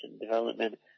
development